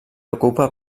ocupa